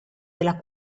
della